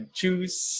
choose